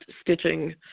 stitching